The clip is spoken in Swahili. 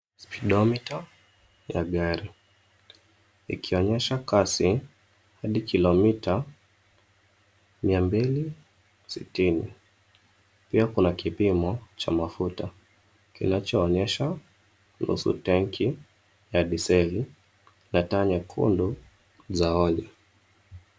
cs[Speedometer]cs ya gar, ikionyesha kasi hadi kilomita mita mia mbili sitini. Pia kuna kipimo cha mafuta kinachoonyesha nusu tenki ya diseli na taa nyekundu za onyo.